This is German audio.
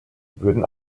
würden